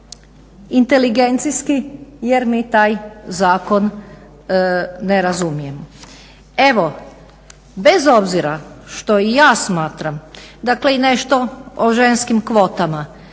inteligencijski jer mi taj zakon ne razumijemo. Evo, bez obzira što i ja smatram dakle i nešto o ženskim kvotama.